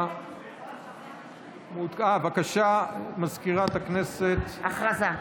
הודעה למזכירת הכנסת, בבקשה.